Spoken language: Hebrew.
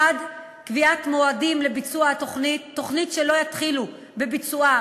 1. קביעת מועדים לביצוע התוכנית: תוכנית שלא יתחילו בביצועה